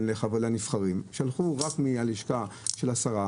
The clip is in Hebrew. ראש הלשכה של השרה,